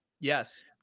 Yes